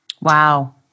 Wow